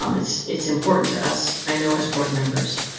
um it's it's important to us. i know as board members.